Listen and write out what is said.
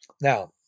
Now